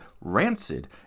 Rancid